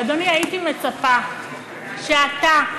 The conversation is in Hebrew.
ואדוני, הייתי מצפה שאתה,